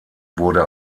wurde